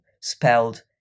spelled